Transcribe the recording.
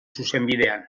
zuzenbidean